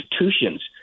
institutions